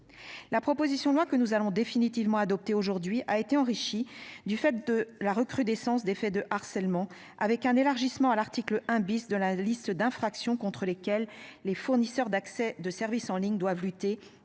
La proposition de loi que nous allons définitivement adopté aujourd'hui a été enrichi du fait de la recrudescence des faits de harcèlement avec un élargissement à l'article 1 bis de la liste d'infractions contre lesquelles les fournisseurs d'accès de services en ligne doivent lutter